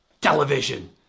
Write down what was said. television